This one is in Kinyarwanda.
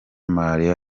malaria